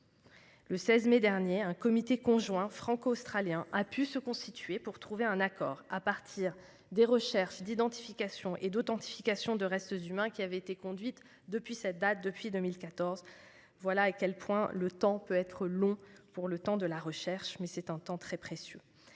Le 16 mai dernier, un comité conjoint franco-australien a pu se constituer pour trouver un accord à partir des recherches d'identification et d'authentification de restes humains qui avaient été conduites depuis 2014. Voilà à quel point le temps de la recherche peut être long, mais c'est un temps très précieux.